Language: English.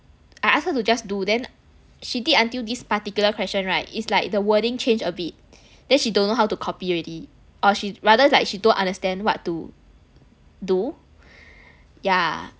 I ask her to just do then she did until this particular question right is like the wording change a bit then she don't know how to copy already or she rather like she don't understand what to do yeah